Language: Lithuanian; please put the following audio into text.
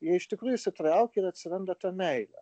jie iš tikrųjų įsitraukia ir atsiranda ta meilė